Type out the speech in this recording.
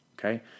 Okay